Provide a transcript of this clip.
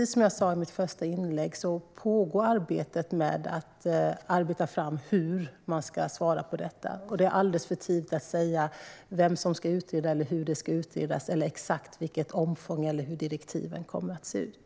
Som jag sa i mitt första inlägg pågår arbetet med att få fram hur man ska svara på detta. Det är alldeles för tidigt att svara på vem som ska göra utredningen, hur det hela ska utredas eller exakt vilket omfång utredningen ska ha eller hur direktiven kommer att se ut.